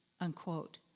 unquote